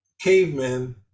cavemen